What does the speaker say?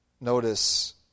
notice